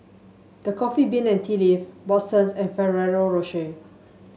The Coffee Bean and Tea Leaf Watsons and Ferrero Rocher